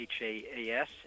h-a-a-s